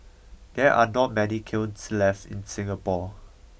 there are not many kilns left in Singapore